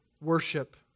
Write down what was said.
worship